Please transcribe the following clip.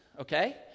okay